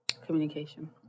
communication